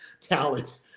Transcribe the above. talent